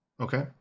Okay